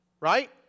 Right